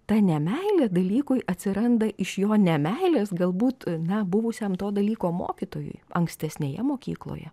ta nemeilė dalykui atsiranda iš jo nemeilės galbūt na buvusiam to dalyko mokytojui ankstesnėje mokykloje